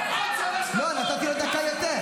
חבל,